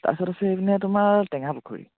তাৰ পিছত আছে এইপিনে তোমাৰ টেঙাপুখুৰী